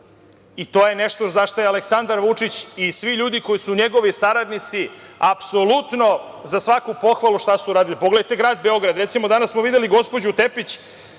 To je nešto za šta je Aleksandar Vučić i svi ljudi koji su njegovi saradnici, apsolutno za svaku pohvalu šta su uradili. Pogledajte grad Beograd. Recimo, danas smo videli gospođu Tepić